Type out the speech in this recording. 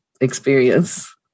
experience